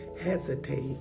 hesitate